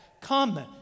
Come